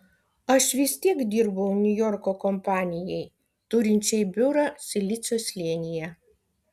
aš vis tiek dirbau niujorko kompanijai turinčiai biurą silicio slėnyje